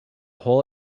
hole